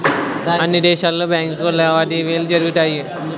అన్ని దేశాలలో బ్యాంకు లావాదేవీలు జరుగుతాయి